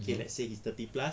okay let's say he's thirty plus